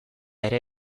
ere